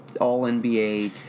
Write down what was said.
all-NBA